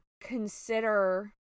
consider